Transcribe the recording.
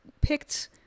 picked